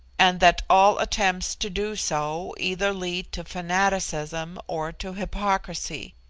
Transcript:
and that all attempts to do so either lead to fanaticism or to hypocrisy.